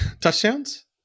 touchdowns